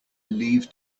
leave